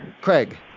Craig